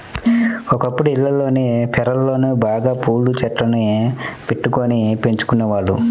ఒకప్పుడు ఇళ్లల్లోని పెరళ్ళలో బాగా పూల చెట్లను బెట్టుకొని పెంచుకునేవాళ్ళు